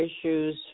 issues